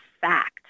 fact